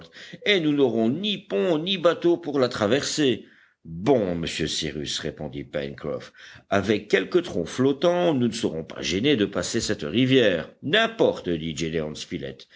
et nous n'aurons ni pont ni bateau pour la traverser bon monsieur cyrus répondit pencroff avec quelques troncs flottants nous ne serons pas gênés de passer cette rivière n'importe dit